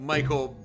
Michael